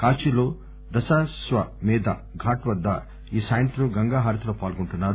కాశీలో దశశ్వమేథ్ ఘాట్ వద్ద ఈ సాయంత్రం గంగా హారతిలో పాల్గొంటున్నారు